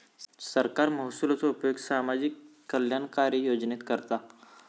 सरकार महसुलाचो उपयोग सामाजिक कल्याणकारी योजनेत करता